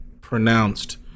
pronounced